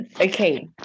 Okay